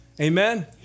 Amen